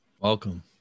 welcome